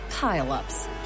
pile-ups